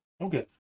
Okay